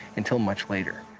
until much later.